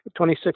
26